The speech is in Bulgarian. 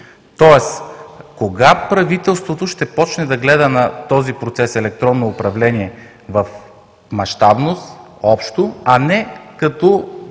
Тоест кога правителството ще започне да гледа на този процес „електронно управление“ в мащабност, общо, а не като